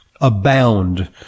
abound